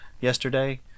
yesterday